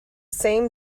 same